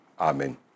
amen